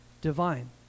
divine